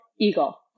eagle